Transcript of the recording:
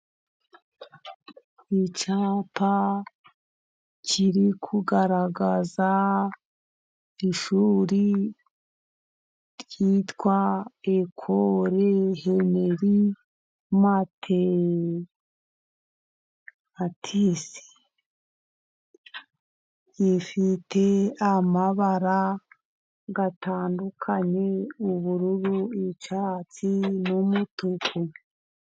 Icyapa kiri kugaragaza ishuri ryitwa Ekorehenerimatisi, gifite amabara atandukanye, ubururu, icyatsi n'umutuku.